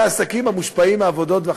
העסקים המושפעים מהעבודות והחפירות.